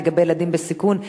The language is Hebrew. לגבי ילדים בסיכון,